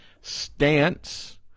Stance